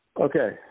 Okay